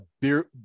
beer